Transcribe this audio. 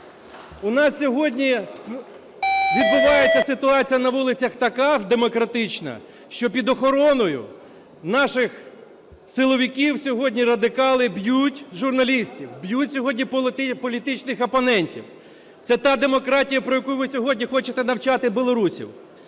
У нас сьогодні відбувається ситуація на вулицях така демократична, що під охороною наших силовиків сьогодні радикали б'ють журналістів, б'ють сьогодні політичних опонентів. Це та демократія, про яку ви сьогодні хочете навчати білорусів.